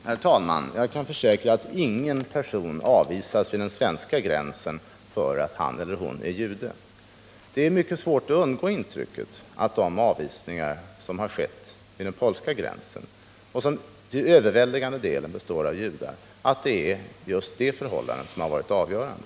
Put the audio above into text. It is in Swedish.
Herr talman! Jag kan försäkra att ingen person avvisas vid den svenska gränsen för att han eller hon är jude. När det övervägande antalet av dem som avvisats vid polska gränsen varit judar är det mycket svårt att undgå intrycket att det är just det förhållandet som har varit avgörande.